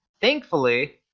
Thankfully